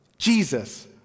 Jesus